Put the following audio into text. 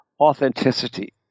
authenticity